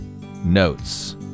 Notes